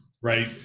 right